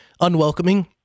unwelcoming